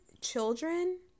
children